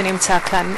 שנמצא כאן.